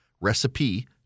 RECIPE